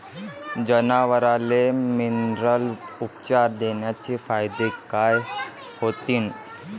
जनावराले मिनरल उपचार देण्याचे फायदे काय होतीन?